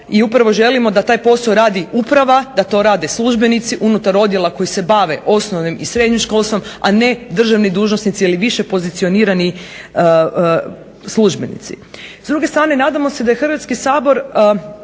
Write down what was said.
i upravo želimo da taj posao radi uprava, da to rade službenici unutar odjela koji se bave osnovnim i srednjim školstvom, a ne državni dužnosnici ili više pozicionirani službenici.